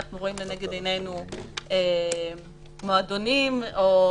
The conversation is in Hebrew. אנחנו רואים לנגד עינינו מועדונים או